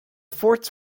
forts